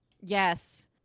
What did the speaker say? Yes